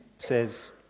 Says